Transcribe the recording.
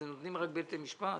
אתם נותנים רק בית משפט.